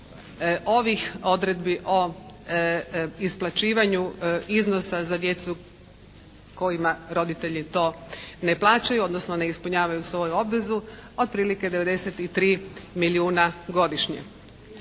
ovih odredbi o isplaćivanju iznosa za djecu kojima roditelji to ne plaćaju, odnosno ne ispunjavaju svoju obvezu otprilike 93 milijuna godišnje.